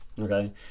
Okay